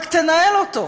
רק תנהל אותו.